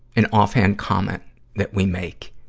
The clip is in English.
an offhand comment that we make